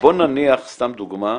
ובוא נניח, סתם לדוגמה,